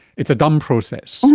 it's a dumb process,